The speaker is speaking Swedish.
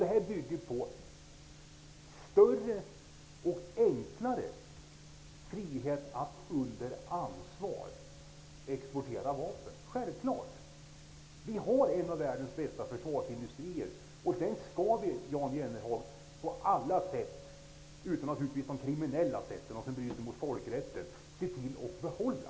Det bygger på större och enklare frihet att under ansvar exportera vapen. Vi har en av världens bästa försvarsindustrier. Den skall vi på alla sätt -- utom de kriminella, naturligtvis, som innebär brott mot folkrätten -- se till att behålla.